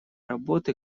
работы